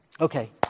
Okay